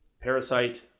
Parasite